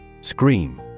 Scream